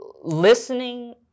listening